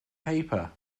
paper